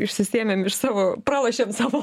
išsisėmėm iš savo pralošėm savo